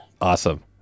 Awesome